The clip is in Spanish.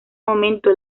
momento